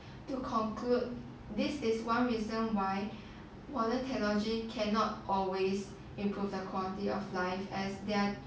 to conclude this is one reason why modern technology cannot always improve the quality of life as that